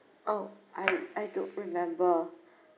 oh I I don't remember